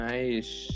Nice